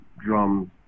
drums